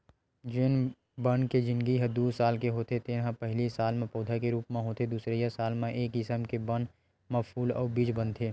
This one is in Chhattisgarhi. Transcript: जेन बन के जिनगी ह दू साल के होथे तेन ह पहिली साल म पउधा के रूप म होथे दुसरइया साल म ए किसम के बन म फूल अउ बीज बनथे